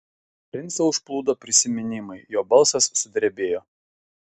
princą užplūdo prisiminimai jo balsas sudrebėjo